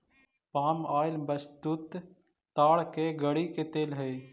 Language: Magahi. पाम ऑइल वस्तुतः ताड़ के गड़ी के तेल हई